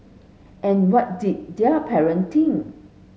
and what did their parent think